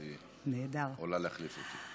אז היא עולה להחליף אותי.